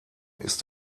ist